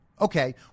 Okay